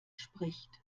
spricht